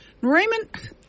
Raymond